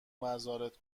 مزارت